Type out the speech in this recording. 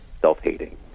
self-hating